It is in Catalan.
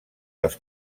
dels